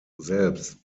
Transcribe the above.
selbst